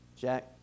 Jack